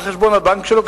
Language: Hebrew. מה חשבון הבנק שלו?